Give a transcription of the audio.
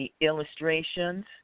illustrations